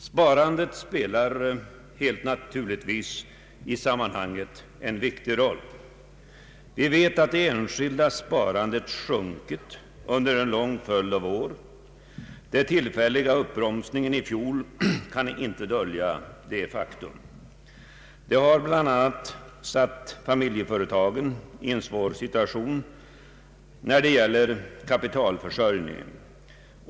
Sparandet spelar naturligtvis en viktig roll i det sammanhanget. Vi vet att det enskilda sparandet sjunkit under en lång följd av år. Den tillfälliga uppbromsningen i fjol kan inte dölja detta faktum. Detta har bl.a. försatt familjeföretagen i en svår situation när det gäller kapitalförsörjningen.